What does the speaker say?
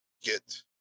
get